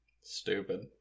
Stupid